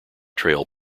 trail